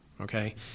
okay